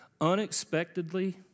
unexpectedly